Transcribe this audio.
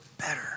better